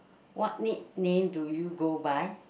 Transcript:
what nickname do you go by